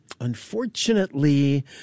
unfortunately